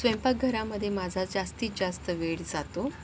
स्वयंपाकघरामधे माझा जास्तीत जास्त वेळ जातो